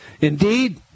Indeed